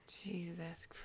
Jesus